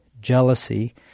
jealousy